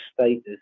status